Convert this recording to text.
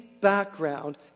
background